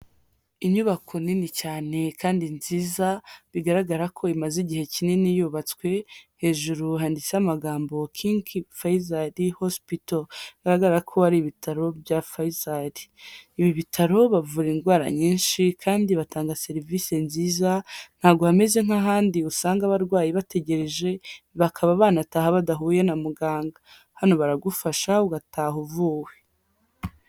Inyubako nini cyane kandi nziza bigaragara ko imaze igihe kinini yubatswe, hejuru handitse amagambo KING FAISAL HOSPITAL, bigaragara ko hari ibitaro bya FAISAL, ibi bitaro bavura indwara nyinshi kandi batanga serivisi nziza, ntabwo bameze nk'ahandi usanga abarwayi bategereje bakaba banataha badahuye na muganga, hano baragufasha ugataha uvuwe.